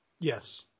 Yes